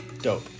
Dope